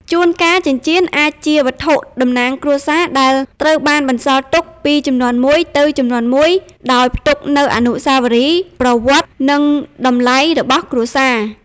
ជួនកាល ចិញ្ចៀនអាចជា វត្ថុតំណាងគ្រួសារ ដែលត្រូវបានបន្សល់ទុកពីជំនាន់មួយទៅជំនាន់មួយ ដោយផ្ទុកនូវអនុស្សាវរីយ៍ ប្រវត្តិ និងតម្លៃរបស់គ្រួសារ។